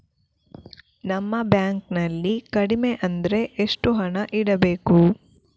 ನಮ್ಮ ಬ್ಯಾಂಕ್ ನಲ್ಲಿ ಕಡಿಮೆ ಅಂದ್ರೆ ಎಷ್ಟು ಹಣ ಇಡಬೇಕು?